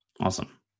awesome